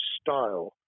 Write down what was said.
style